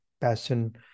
passion